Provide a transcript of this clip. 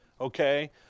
okay